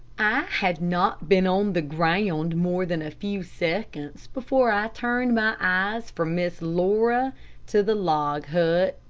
i had not been on the ground more than a few seconds, before i turned my eyes from miss laura to the log hut.